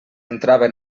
entraven